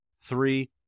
Three